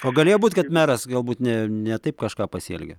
o galėjo būt kad meras galbūt ne ne taip kažką pasielgė